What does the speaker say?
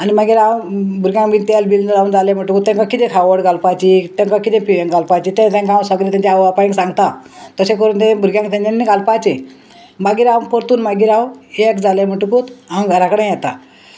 आनी मागीर हांव भुरग्यांक बीन तेल बिल लावन जालें म्हणटकूच तेंकां किदें खावड घालपाची तेंकां किदें पि हें घालपाची तें तेंकां हांव सगळें तेंच्या आवय बापायक सांगता तशें करून तें भुरग्यांक तेंच्यांनी घालपाचें मागीर हांव परतून मागीर हांव एक जालें म्हणटकूत हांव घरा कडेन येतां